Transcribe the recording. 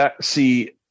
see